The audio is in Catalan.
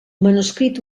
manuscrit